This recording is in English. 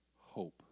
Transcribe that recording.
hope